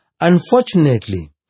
Unfortunately